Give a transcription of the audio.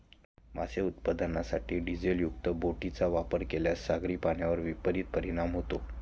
मासे उत्पादनासाठी डिझेलयुक्त बोटींचा वापर केल्यास सागरी प्राण्यांवर विपरीत परिणाम होतो